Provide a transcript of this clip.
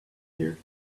here